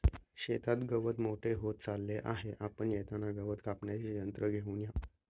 शेतात गवत मोठे होत चालले आहे, आपण येताना गवत कापण्याचे यंत्र घेऊन या